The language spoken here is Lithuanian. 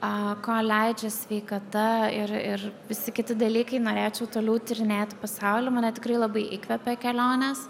a kol leidžia sveikata ir ir visi kiti dalykai norėčiau toliau tyrinėti pasaulį mane tikrai labai įkvepia kelionės